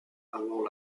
avant